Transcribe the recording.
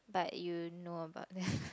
but you know about